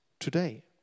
Today